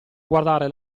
guardare